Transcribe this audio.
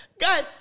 guys